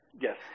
Yes